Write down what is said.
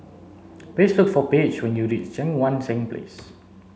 please look for Paige when you reach Cheang Wan Seng Place